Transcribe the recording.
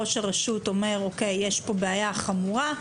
ראש הרשות אומר יש פה בעיה חמורה,